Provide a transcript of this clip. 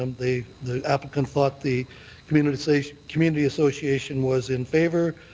um the the applicant thought the community association community association was in favour,